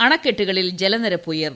അണക്കെട്ടുകളിൽ ജലനിരപ്പ് ഉയർന്നു